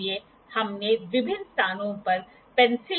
तो यह एक सीधा साइन के सिद्धांतों का उपयोग करने वाला फार्मूला है